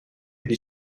или